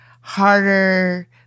harder